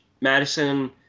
Madison